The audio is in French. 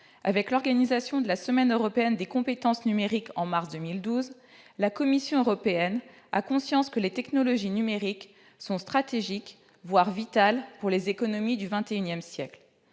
avec l'organisation de la semaine européenne des compétences numériques en mars 2012, la Commission européenne a conscience que les technologies numériques sont stratégiques, voire vitales, pour les économies du XXI siècle.